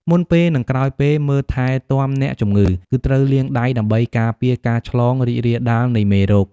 មុនពេល និងក្រោយពេល មើលថែទាំអ្នកជំងឺ គឺត្រូវលាងដៃដើម្បីការពារការឆ្លងរីករាលដាលនៃមេរោគ។